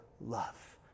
love